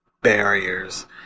barriers